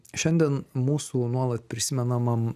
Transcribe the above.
šiandien mūsų nuolat prisimenamam